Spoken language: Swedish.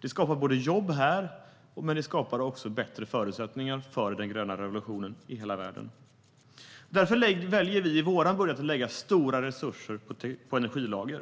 Det skapar jobb här och också bättre förutsättningar för den gröna revolutionen i hela världen. Därför väljer vi i vår budget att lägga stora resurser på energilager.